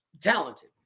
talented